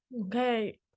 okay